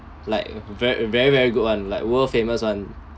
like very very very good one like world famous one